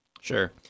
Sure